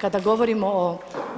Kada govorimo o